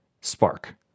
spark